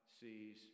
sees